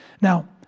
Now